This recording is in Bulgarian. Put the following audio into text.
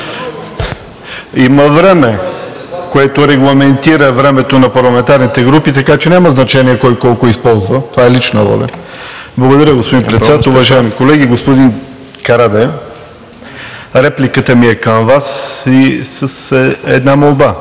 Има време, което регламентира времето на парламентарните групи, така че няма значение кой колко е използвал – това е лична воля. Благодаря, господин Председател. Уважаеми колеги! Господин Карадайъ, репликата ми е към Вас и с една молба.